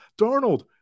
Darnold